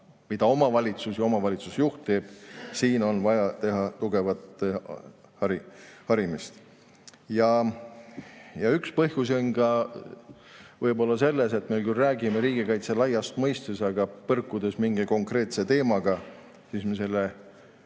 mida omavalitsus ja omavalitsusjuht teeb? Siin on vaja tugevat harimist. Üks põhjusi on võib-olla selles, et me küll räägime riigikaitsest laias mõistes, aga põrkudes mingi konkreetse teemaga, me selle